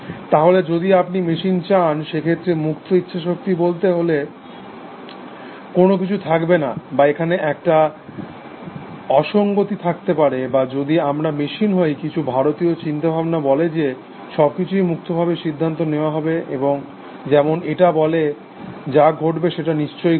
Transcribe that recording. তাহলে যদি আপনি মেশিন চান সেক্ষেত্রে মুক্ত ইচ্ছা শক্তি বলে কোনো কিছু থাকবে না বা এখানে একটা অসঙ্গতি থাকতে পারে বা যদি আমরা মেশিন হই কিছু ভারতীয় চিন্তাভাবনা বলে যে সবকিছুই মুক্তভাবে সিদ্ধান্ত নেওয়া হবে যেমন এটা বলে যা ঘটবে সেটা নিশ্চই ঘটবে